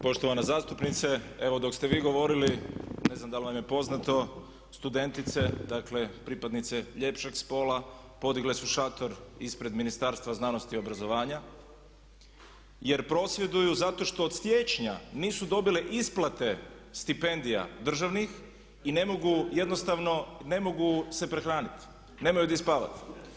Poštovana zastupnice, evo dok ste vi govorili ne znam da li vam je poznato studentice, dakle pripadnice ljepšeg spola podigle su šator ispred Ministarstva znanosti, obrazovanja jer prosvjeduju zato što od siječnja nisu dobile isplate stipendija državnih i ne mogu jednostavno, ne mogu se prehraniti, nemaju di spavati.